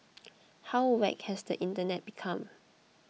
how whacked has the internet become